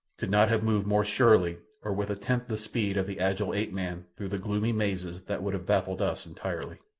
could not have moved more surely or with a tenth the speed of the agile ape-man through the gloomy mazes that would have baffled us entirely.